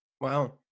Wow